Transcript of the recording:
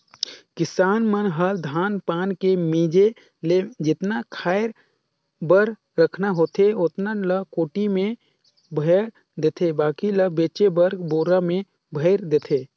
किसान मन ह धान पान के मिंजे ले जेतना खाय बर रखना होथे ओतना ल कोठी में भयर देथे बाकी ल बेचे बर बोरा में भयर देथे